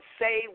say